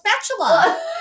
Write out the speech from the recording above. spatula